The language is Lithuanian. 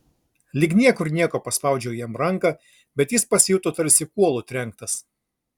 lyg niekur nieko paspaudžiau jam ranką bet jis pasijuto tarsi kuolu trenktas